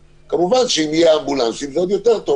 כמובן שאם יהיו אמבולנסים זה עוד יותר טוב,